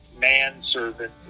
manservant